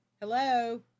hello